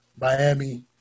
Miami